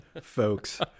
folks